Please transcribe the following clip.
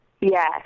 yes